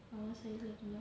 அவன்:avan side leh இல்ல:illa